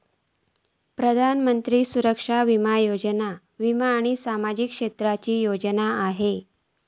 प्रधानमंत्री सुरक्षा बीमा योजना वीमा आणि सामाजिक क्षेत्राची योजना असा